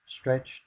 stretched